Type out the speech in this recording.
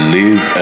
live